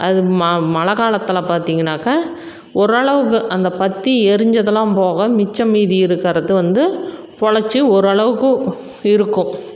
அது மழை காலத்தில் பார்த்திங்கனாக்கா ஒரு அளவுக்கு அந்த பற்றி எரிஞ்சதெல்லாம் போக மிச்சம் மீதி இருக்கிறது வந்து பொழைச்சு ஒரு அளவுக்கு இருக்கும்